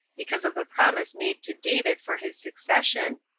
because of the promise made to david for his succession,